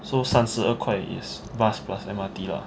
so 三十二块 is bus plus M_R_T lah